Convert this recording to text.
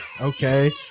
Okay